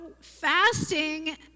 fasting